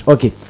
Okay